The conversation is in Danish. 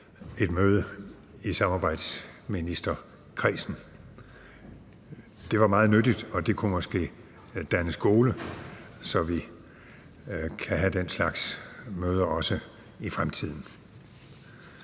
et møde i samarbejdsministerkredsen. Det var meget nyttigt, og det kunne måske danne skole, så vi kan have den slags møder også i fremtiden.